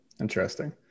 interesting